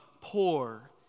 poor